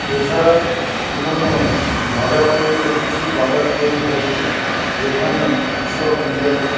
এছাড়া বিভিন্ন বাজার তৈরি কৃষি বাজার তৈরি হয়েছে যেখানে কৃষক নিজের